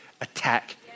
attack